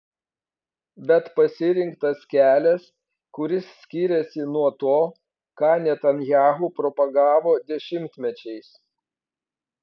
bet pasirinktas kelias kuris skiriasi nuo to ką netanyahu propagavo dešimtmečiais